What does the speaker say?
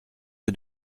que